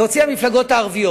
כי להוציא את המפלגות הערביות,